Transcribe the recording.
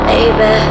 Baby